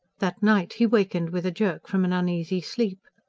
that night he wakened with a jerk from an uneasy sleep.